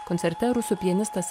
koncerte rusų pianistas